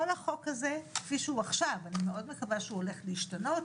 כל החוק הזה כפי שהוא עכשיו ואני מאוד מקווה שהוא הולך להשתנות,